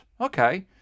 Okay